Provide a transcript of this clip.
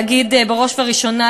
בראש ובראשונה,